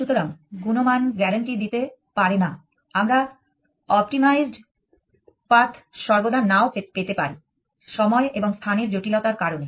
সুতরাং গুণমান গ্যারান্টি দিতে পারেনা আমরা অপটিমাইজড পাথ সর্বদা নাও পেতে পারি সময় এবং স্থানের জটিলতার কারণে